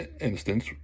instance